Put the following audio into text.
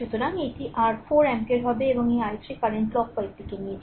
সুতরাং এটি r 4 ampere হবে এবং এই i3 কারেন্ট ক্লকওয়াইজ দিকে নিয়েছি